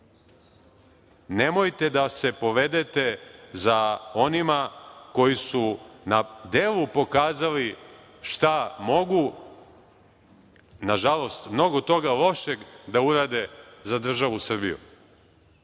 Srbiju. Nemojte da se povedete za onima koji su na delu pokazali šta mogu, nažalost mnogo toga lošeg da urade za državu Srbiju.